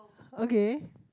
okay